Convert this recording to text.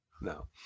no